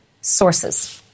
sources